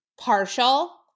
partial